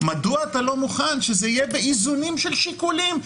מדוע אתה לא מוכן שזה יהיה באיזונים של שיקולים?